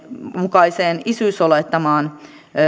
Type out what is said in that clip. mukaiseen isyysolettamaan